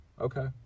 okay